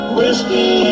whiskey